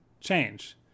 change